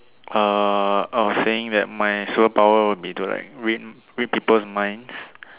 err I was saying that my superpower would be to like read read people's minds